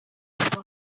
kuva